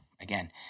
again